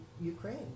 Ukraine